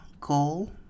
goal